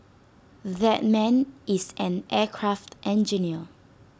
that man is an aircraft engineer